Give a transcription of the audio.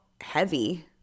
heavy